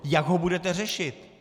Jak ho budete řešit?